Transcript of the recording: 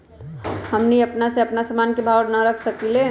हमनी अपना से अपना सामन के भाव न रख सकींले?